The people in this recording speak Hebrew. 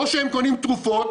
או שהם קונים תרופות,